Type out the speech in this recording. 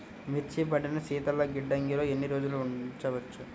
మిర్చి పంటను శీతల గిడ్డంగిలో ఎన్ని రోజులు ఉంచవచ్చు?